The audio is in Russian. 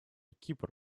кипр